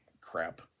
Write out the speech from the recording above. crap